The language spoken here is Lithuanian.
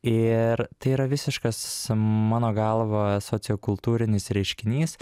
ir tai yra visiškas mano galva sociokultūrinis reiškinys